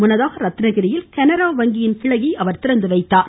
முன்னதாக ரத்தினகிரியில் கனரா வங்கி கிளையை அவர் திறந்துவைத்தார்